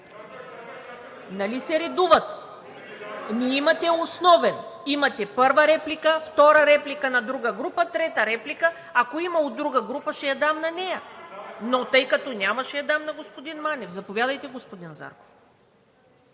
Нали се редуват? Ами имате основен, имате първа реплика, втора реплика на друга група, трета реплика. Ако има от друга група, ще я дам на нея, но тъй като няма, ще я дам на господин Манев. Заповядайте, господин Зарков.